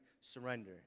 Surrender